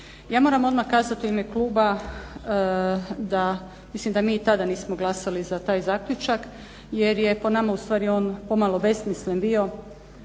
Ja moram odmah kazati u ime kluba da, mislim da mi i tada nismo glasali za taj zaključak jer je po nama u stvari on pomalo besmislen bio